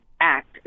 act